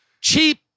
Cheap